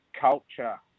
culture